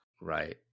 Right